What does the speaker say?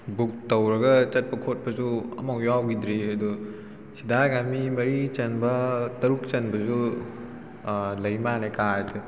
book ꯇꯧꯔꯒ ꯆꯠꯄ ꯈꯣꯠꯄꯁꯨ ꯑꯃꯧ ꯌꯥꯎꯈꯤꯗ꯭ꯔꯤ ꯑꯗꯨ ꯁꯤꯗ ꯍꯥꯏ ꯀꯥꯟꯗ ꯃꯤ ꯃꯔꯤ ꯆꯟꯕ ꯇꯔꯨꯛ ꯆꯟꯕꯁꯨ ꯂꯩꯃꯥꯜꯂꯦ ꯀꯥꯔꯁꯦ